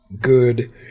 good